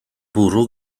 bwrw